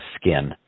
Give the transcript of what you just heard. skin